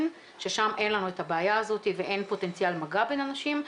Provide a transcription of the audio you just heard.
ששם אין לנו את הבעיה הזאת ואין פוטנציאל מגע בין אנשים.